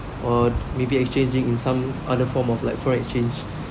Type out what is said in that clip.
or maybe exchanging in some other form of like foreign exchange